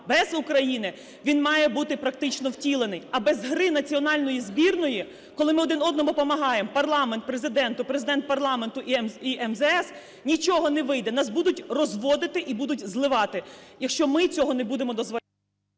без України", він має бути практично втілений. А без гри національної збірної, коли ми один одному допомагаємо: парламент Президенту, Президент парламенту і МЗС – нічого не вийде. Нас будуть "розводити" і будуть "зливати", якщо ми цього не будемо…